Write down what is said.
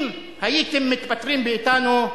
אם הייתם נפטרים מאתנו,